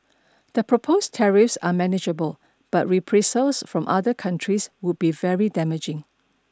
the proposed tariffs are manageable but reprisals from other countries would be very damaging